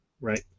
right